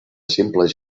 simples